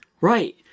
right